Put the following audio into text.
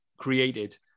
created